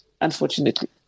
unfortunately